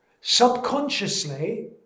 subconsciously